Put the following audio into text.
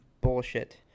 Bullshit